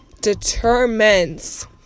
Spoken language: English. determines